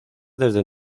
desde